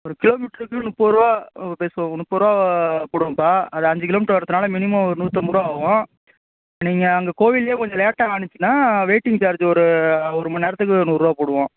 ஒரு கிலோ மீட்ருக்கு முப்பது ரூபா பேசுவோம் முப்பது ரூபா போடுவோம்ப்பா அது அஞ்சு கிலோ மீட்டர் வரதுனால் மினிமம் ஒரு நூத்தம்பது ரூபா ஆகும் நீங்கள் அங்கே கோவில்லே கொஞ்சம் லேட்டாக ஆணுச்சுனால் வெயிட்டிங் சார்ஜ் ஒரு ஒரு மணி நேரத்துக்கு நூறுபா போடுவோம்